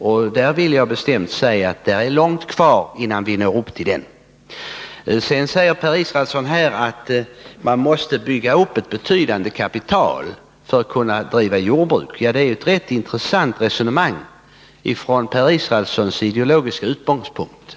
Och där vill jag bestämt säga: Det är långt kvar innan vi når upp till den. Sedan säger Per Israelsson att man måste bygga upp ett betydande kapital för att kunna driva ett jordbruk. Det är ett rätt intressant resonemang att höra från Per Israelsson, med hans ideologiska utgångspunkter.